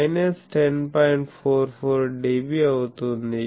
44 dB అవుతుంది